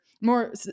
more